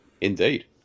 Indeed